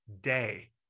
day